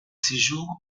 séjours